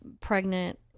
pregnant